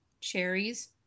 cherries